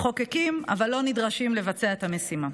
מחוקקים, אבל לא נדרשים לבצע את המשימה.